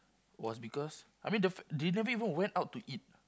was because I mean the they never even went out to eat